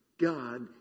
God